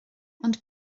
ond